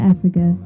Africa